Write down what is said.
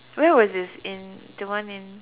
where was this in the one in